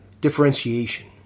differentiation